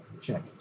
check